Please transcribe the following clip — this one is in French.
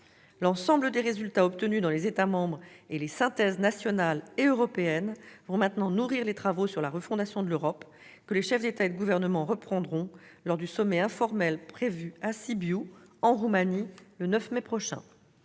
L'ensemble des résultats obtenus dans les États membres et les synthèses nationales et européenne vont maintenant nourrir les travaux sur la refondation de l'Europe que les chefs d'État et de gouvernement reprendront lors du sommet informel prévu à Sibiu en Roumanie le 9 mai prochain.